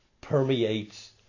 permeates